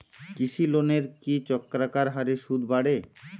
কৃষি লোনের কি চক্রাকার হারে সুদ বাড়ে?